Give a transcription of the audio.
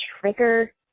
trigger